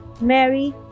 Mary